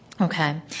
Okay